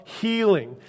healing